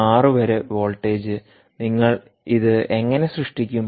6 വരെ വോൾട്ടേജ് നിങ്ങൾ ഇത് എങ്ങനെ സൃഷ്ടിക്കും